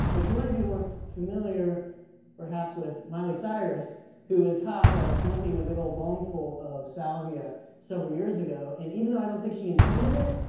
but you might be more familiar perhaps with miley cyrus who was caught smoking a big old bong full of salvia several years ago. and even though i don't think she intended it,